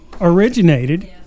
originated